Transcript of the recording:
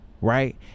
right